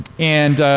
and,